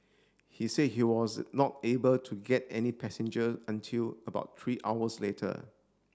he said he was not able to get any passenger until about three hours later